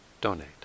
donate